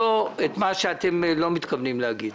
מה שאתם לא מתכוונים להגיד.